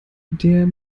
der